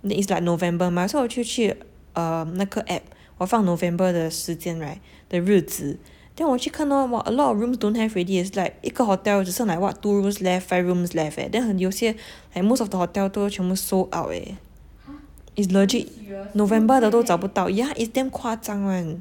it's like november mah so 我就去 um 那个 app 我放 november 的时间 right 的日子 then 我去看 hor !wah! a lot of rooms don't have already it's like 一个 hotel 只剩 like what two rooms left five rooms left eh then 很有些 like most of the hotel 都全部 sold out eh it's legit november 都找不到 yeah it's damn 夸张 [one]